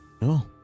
No